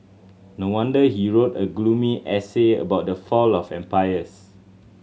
no wonder he wrote a gloomy essay about the fall of empires